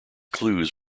clues